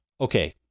Okay